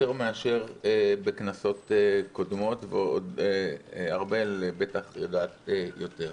יותר מאשר בכנסות קודמות ארבל בטח יודעת יותר.